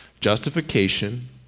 Justification